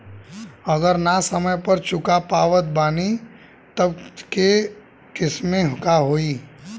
अगर ना समय पर चुका पावत बानी तब के केसमे का होई?